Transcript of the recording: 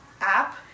App